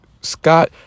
Scott